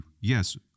yes